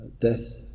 death